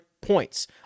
points